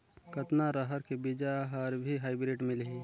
कतना रहर के बीजा हर भी हाईब्रिड मिलही?